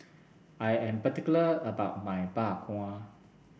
I am particular about my Bak Kwa